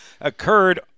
occurred